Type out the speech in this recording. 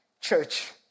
church